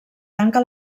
tanca